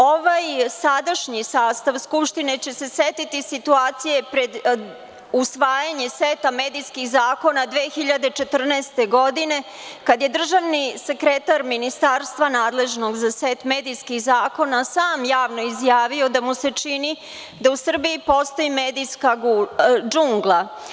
Ovaj sadašnji sastav Skupštine će se setiti situacije pred usvajanje seta medijskih zakona 2014. godine kada je državni sekretar ministarstva nadležnog za set medijskih zakona sam javno izjavio da mu se čini da u Srbiji postoji medijska džungla.